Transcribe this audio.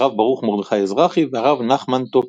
הרב ברוך מרדכי אזרחי והרב נחמן טוקר.